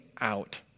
out